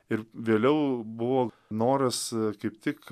ir vėliau buvo noras kaip tik